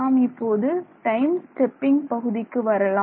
நாம் இப்போது time stepping பகுதிக்கு வரலாம்